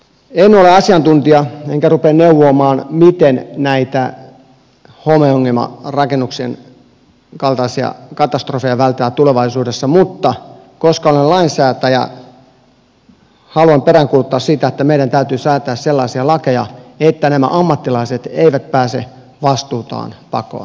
en ole asiantuntija enkä rupea neuvomaan miten näitä homeongelmarakennuksien kaltaisia katastrofeja vältetään tulevaisuudessa mutta koska olen lainsäätäjä haluan peräänkuuluttaa sitä että meidän täytyy säätää sellaisia lakeja että nämä ammattilaiset eivät pääse vastuutaan pakoon